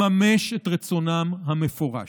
לממש את רצונם המפורש,